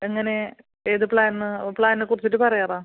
എങ്ങനെ ഏത് പ്ലാനെന്ന് പ്ലാനിനെ കുറിച്ചിട്ട് പറയാമോ